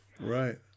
Right